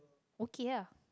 okay ah